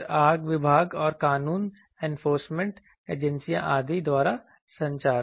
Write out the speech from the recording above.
फिर आग विभाग और कानून एनफोर्समेंट एजेंसियों आदि द्वारा संचार